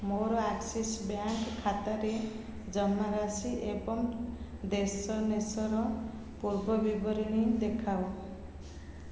ମୋର Axis bank ଖାତାର ଜମାରାଶି ଏବଂ ପୂର୍ବବିବରଣୀ ଦେଖାଅ